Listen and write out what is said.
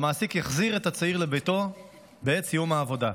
המעסיק יחזיר את הצעיר לביתו בעת סיום העבודה.